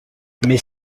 mais